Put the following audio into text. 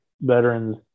veterans